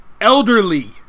elderly